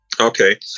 Okay